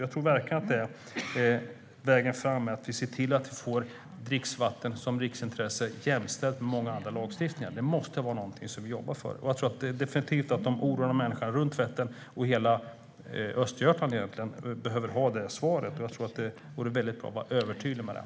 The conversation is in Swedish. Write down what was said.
Jag tror att vägen fram är att vi ser till att vi får dricksvatten som riksintresse jämställt med många andra lagstiftningar. Det måste vara någonting som vi jobbar för. Jag tror definitivt att de oroliga människorna runt Vättern och i hela Östergötland, egentligen, behöver ha det svaret. Jag tror att det vore bra att vara övertydlig med det.